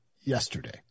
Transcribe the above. Yesterday